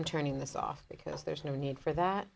i'm turning this off because there's no need for that